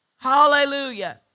Hallelujah